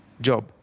job